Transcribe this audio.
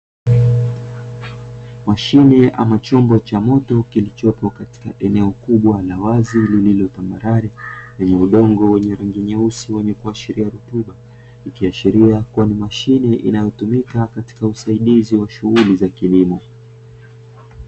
Mashine ama chombo cha moto kilichopo katika eneo kubwa la wazi lililo tambarare, lenye udongo wenye rangi nyeusi wenye kuashiria rutuba, ikiashiria kuwa ni mashine inayotumika katika usaidizi wa shughuli za kilimo.